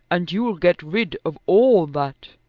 and you'll get rid of all that.